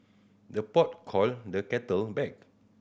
the pot call the kettle black